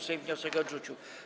Sejm wniosek odrzucił.